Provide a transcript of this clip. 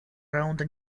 раунда